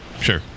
Sure